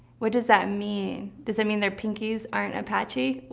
what does that mean? does it mean their pinkies aren't apache?